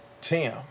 Tim